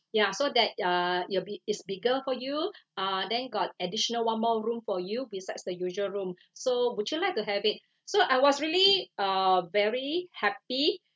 ya so that uh it'll be is bigger for you uh then got additional one more room for you besides the usual room so would you like to have it so I was really uh very happy